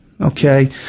Okay